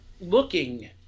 looking